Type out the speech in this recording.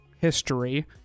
history